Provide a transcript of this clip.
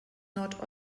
nord